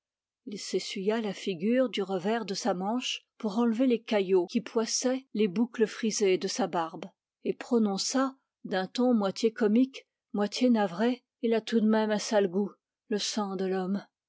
la figure du revers de sa manche pour enlever les caillots qui poissaient les boucles frisées de sa barbe et prononça d'un ton moitié comique moitié navré il a tout de même un sale goût le sang de l'homme